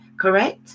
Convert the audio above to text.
correct